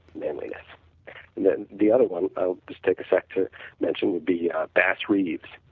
manliness and then the other one, ah just take a sec to mention will be ah bass reeves,